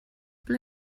ble